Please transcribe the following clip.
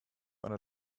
einer